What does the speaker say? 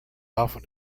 often